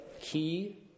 key